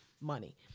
money